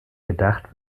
gedacht